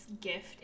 gift